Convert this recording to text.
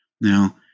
Now